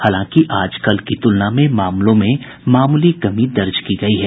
हालांकि आज कल की तुलना में मामलों में मामूली कमी दर्ज की गई है